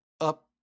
up